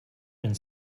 and